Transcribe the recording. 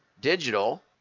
digital